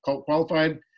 qualified